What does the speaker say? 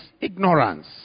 ignorance